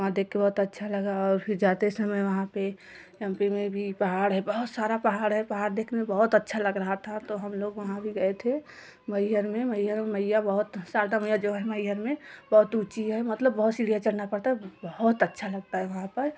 वहाँ देखके बहुत अच्छा लगा और फिर जाते समय वहाँ पे एम पी में भी पहाड़ है बहुत सारा पहाड़ है पहाड़ देखने में बहुत अच्छा लग रहा था तो हम लोग वहाँ भी गए थे मैहर में मैहर में मैया बहुत शारदा मैया जो हैं मैहर में बहुत ऊँची हैं मतलब बहुत सीढ़ियाँ चढ़ना पड़ता बहुत अच्छा लगता है वहाँ पर